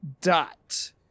dot